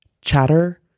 chatter